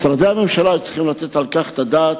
משרדי הממשלה היו צריכים לתת עליו את הדעת?